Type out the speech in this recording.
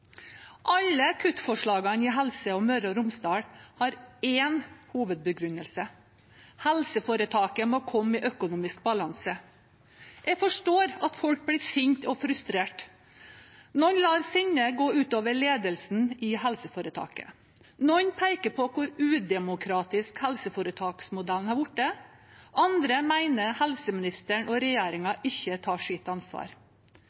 Alle kuttforslagene i Helse Møre og Romsdal har én hovedbegrunnelse: Helseforetaket må komme i økonomisk balanse. Jeg forstår at folk blir sinte og frustrerte. Noen lar sinnet gå ut over ledelsen i helseforetaket, noen peker på hvor udemokratisk helseforetaksmodellen er blitt, andre mener helseministeren og regjeringen ikke tar sitt ansvar.